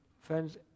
Friends